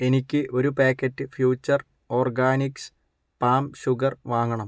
എനിക്ക് ഒരു packet future organics palm sugar വാങ്ങണം